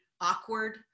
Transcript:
awkward